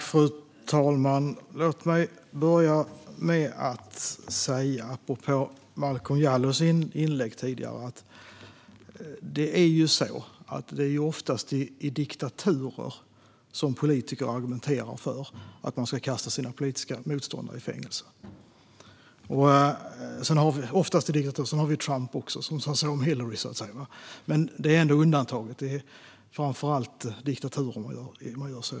Fru talman! Låt mig börja med att säga, apropå Momodou Malcolm Jallows inlägg tidigare, att det oftast är i diktaturer som politiker argumenterar för att man ska kasta sina politiska motståndare i fängelse. Sedan har vi det som Trump sagt om Hillary, men det är ett undantag. Det är framför allt i diktaturer man gör så.